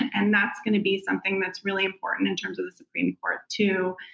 and that's going to be something that's really important in terms of the supreme court, too.